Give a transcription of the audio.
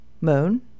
moon